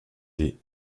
des